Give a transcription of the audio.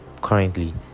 currently